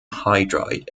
hydride